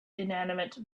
inanimate